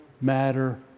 matter